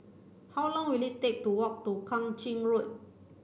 how long will it take to walk to Kang Ching Road